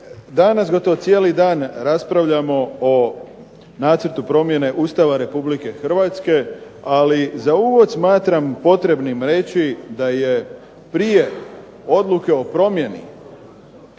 danas gotovo cijeli dan raspravljamo o nacrtu promjene Ustava Republike Hrvatske ali za uvod smatram za potrebnim reći da je prije odluke o promjeni